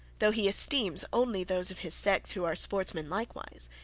though he esteems only those of his sex who are sportsmen likewise,